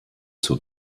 zur